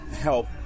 help